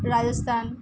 Rajasthan